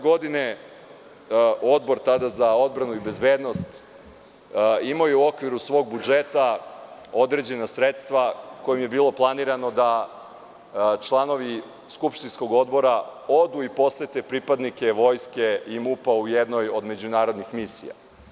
Godine 2012. tada Odbor za odbranu i bezbednost imao je u okviru svog budžeta, određena sredstva kojima je bilo planirano da članovi skupštinskog odbora odu i posete pripadnike Vojske i MUP-a u jednoj od međunarodnih misija.